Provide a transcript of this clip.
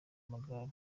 amagare